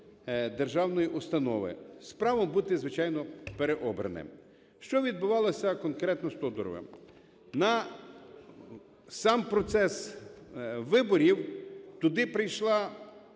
державної установи, з правом бути, звичайно, переобраним. Що відбувалося конкретно з Тодуровим. На сам процес виборів туди прийшла